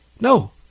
No